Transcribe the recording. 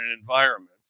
environment